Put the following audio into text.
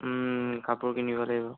কাপোৰ কিনিব লাগিব